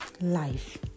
Life